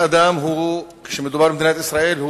כשמדובר במדינת ישראל,